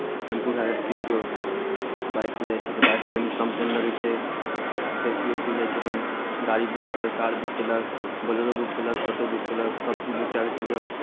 tempo भए गेल केओ केओ बाइकसँ जाइत छै तऽ बाइकसँ कनि कम टाइम लगैत छै फेर केओ केओ जाइत छै अपन गाड़ी बुक कए कऽ कार बुक कयलक बोलेरो बुक कयलक ऑटो बुक कयलक सभचीज बुक कए कऽ चलि जाउ